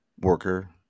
worker